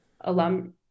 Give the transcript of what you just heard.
alum